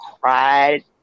cried